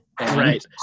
right